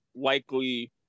likely